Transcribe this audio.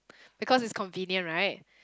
because it's convenient right